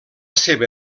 seva